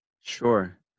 Sure